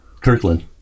Kirkland